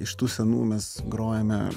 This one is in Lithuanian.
iš tų senų mes grojome